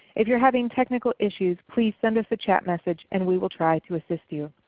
if you are having technical issues, please send us a chat message and we will try to assist you.